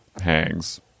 hangs